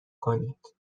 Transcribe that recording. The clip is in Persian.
کنید